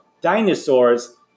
dinosaurs